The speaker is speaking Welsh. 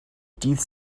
dydd